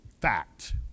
fact